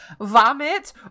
vomit